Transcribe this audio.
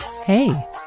Hey